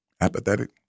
Apathetic